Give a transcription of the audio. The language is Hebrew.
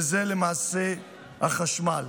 שזה למעשה החשמל.